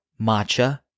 matcha